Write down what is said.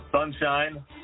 Sunshine